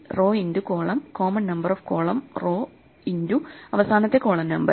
raw into column common number of column row into അവസാനത്തെ column number